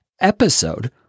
episode